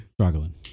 Struggling